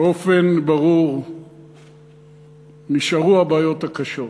באופן ברור נשארו הבעיות הקשות.